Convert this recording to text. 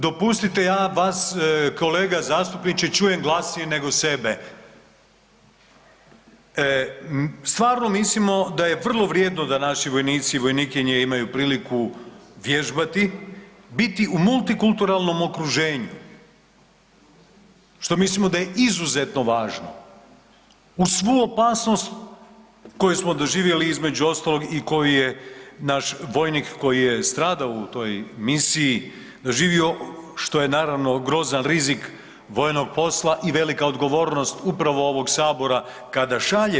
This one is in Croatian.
Dopustite, ja vas kolega zastupniče čujem glasnije nego sebe, stvarno mislimo da je vrlo vrijedno da naši vojnici i vojnikinje imaju priliku vježbati, biti u multikulturalnom okruženju što mislimo da je izuzetno važno uz svu opasnost koju smo doživjeli između ostalog i koju je naš vojnik koji je stradao u toj misiji doživio što je naravno grozan rizik vojnog posla i velika odgovornost upravo ovog Sabora kada šalje.